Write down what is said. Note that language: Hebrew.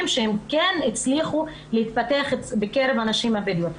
שכן הצליחו להתפתח בקרב הנשים הבדואיות.